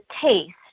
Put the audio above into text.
taste